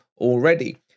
already